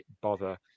bother